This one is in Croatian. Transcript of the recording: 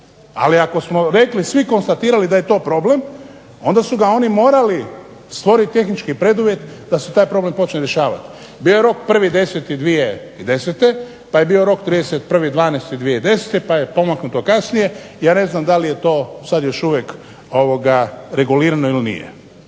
Ali ako smo rekli svi, konstatirali da je to problem onda su ga oni morali stvoriti tehnički preduvjet da se taj problem počne rješavati. Bio je rok 1.10.2010., pa je bio rok 31.12.2010., pa je pomaknuto kasnije. I ja ne znam da li je to sad još uvijek regulirano ili nije.